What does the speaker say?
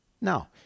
Now